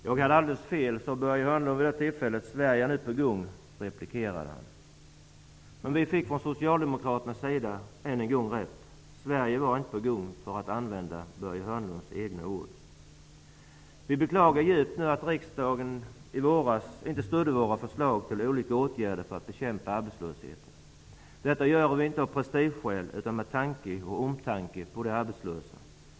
Jag hade alldeles fel, sade Börje Hörnlund. Sverige är nu på gång, replikerade han. Men vi socialdemokrater fick än en gång rätt. Sverige var inte på gång, för att använda Börje Hörnlunds egna ord. Vi beklagar nu djupt -- inte av prestigeskäl utan med tanke på de arbetslösa -- att riksdagen i våras inte stödde våra förslag till olika åtgärder för att bekämpa arbetslösheten.